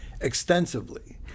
extensively